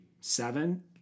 seven